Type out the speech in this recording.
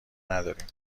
نداریم